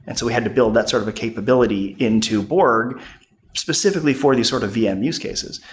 and so we had to build that sort of a capability into borg specifically for these sort of vm use cases,